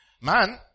man